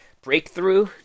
Breakthrough